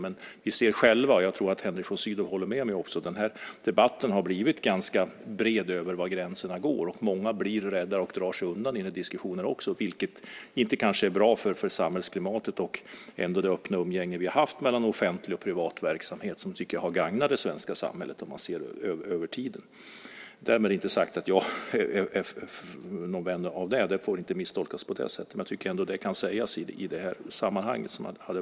Men vi kan se, och jag tror att Henrik von Sydow håller med mig om det, att denna debatt har blivit ganska bred när det gäller var gränserna går, och många blir rädda och drar sig undan, vilket kanske inte är bra för samhällsklimatet och det öppna umgänge som vi har haft mellan offentlig och privat verksamhet och som jag tycker har gagnat det svenska samhället om man ser det över tiden. Därmed inte sagt att jag är någon vän av det. Det får inte misstolkas på det sättet. Men jag tycker ändå att detta kan sägas i detta sammanhang.